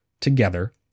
together